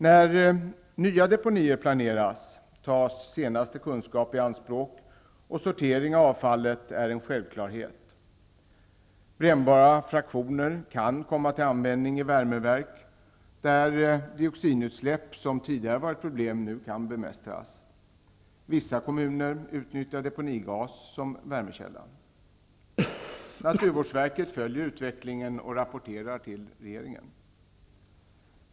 När nya deponier planeras, tas senaste kunskap i anspråk, och sortering av avfallet är en självklarhet. Brännbara fraktioner kan komma till användning i värmeverk, där dioxinutsläpp, som tidigare var ett problem, nu kan bemästras. Vissa kommuner utnyttjar deponigas som värmekälla. Naturvårdsverket följer utvecklingen och rapporterar till regeringen.